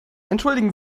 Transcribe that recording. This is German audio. entschuldigen